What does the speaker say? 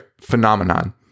Phenomenon